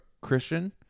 Christian